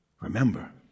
remember